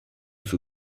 suo